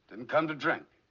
and come to drink.